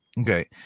Okay